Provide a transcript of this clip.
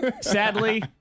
Sadly